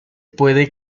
puede